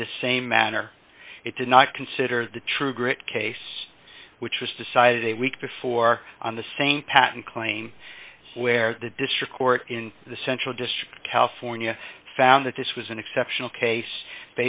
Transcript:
in the same manner it did not consider the true grit case which was decided a week before on the same pattern claim where the district court in the central district california found that this was an exceptional case